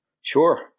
Sure